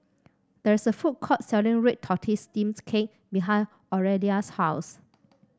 there is a food court selling red tortoise steams cake behind Aurelia's house